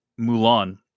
Mulan